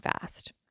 fast